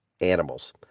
animals